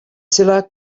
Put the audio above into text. zela